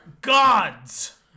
Gods